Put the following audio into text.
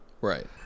Right